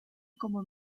como